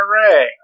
Hooray